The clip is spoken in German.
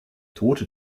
tote